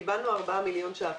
קיבלנו 4 מיליון ש"ח.